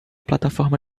plataforma